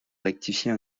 rectifier